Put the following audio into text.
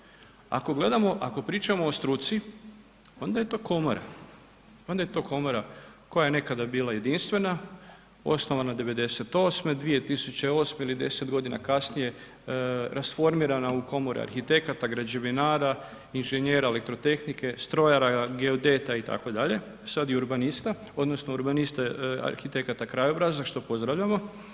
Ako gledamo, ako pričamo o struci, onda je to komora, onda je to komora koja je nekada bila jedinstvena, osnovana '98., 2008. ili 10 godina kasnije rasformirana u komore arhitekata, građevinara, inženjera elektrotehnike, strojara, geodeta itd., sada i urbanista, odnosno urbanista arhitekata krajobraza što pozdravljamo.